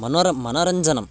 मनः मनरञ्जनं